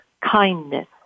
Kindness